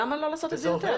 למה לא לעשות את זה יותר?